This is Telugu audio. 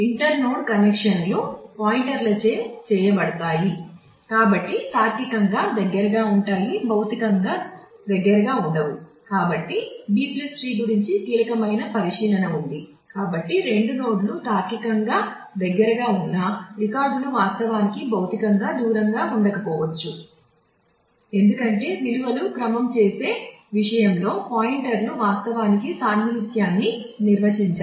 ఇంటర్ నోడ్ కనెక్షన్లు వాస్తవానికి సాన్నిహిత్యాన్ని నిర్వచించాయి